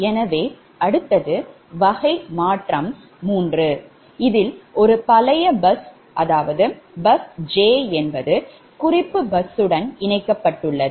எனவே அடுத்தது வகை மாற்றம் 3 இதில் ஒரு பழைய bus j என்பது குறிப்பு பஸ்ஸுடன் இணைக்கப்பட்டுள்ளது